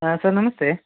ಹಾಂ ಸರ್ ನಮಸ್ತೆ